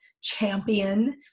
champion